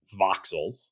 voxels